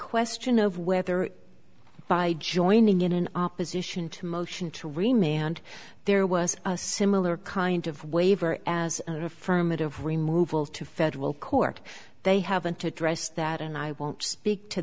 question of whether by joining in an opposition to motion to remain and there was a similar kind of waiver as affirmative removal to federal court they haven't addressed that and i won't speak to